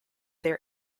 their